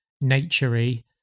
nature-y